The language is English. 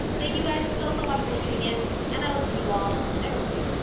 thank you, guys, so, so much for tuning in. and i will see you all next week.